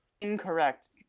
Incorrect